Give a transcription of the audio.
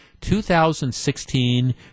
2016